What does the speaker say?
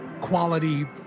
quality